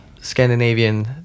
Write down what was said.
Scandinavian